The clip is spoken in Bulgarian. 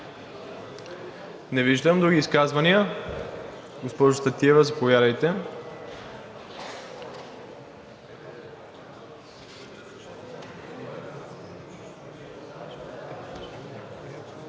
Не виждам. Други изказвания? Госпожо Стратиева, заповядайте.